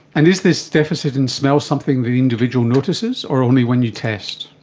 and is this deficit in smell something the individual notices or only when you test?